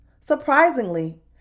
Surprisingly